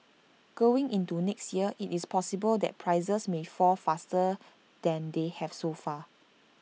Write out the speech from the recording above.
going into next year IT is possible that prices may fall faster than they have so far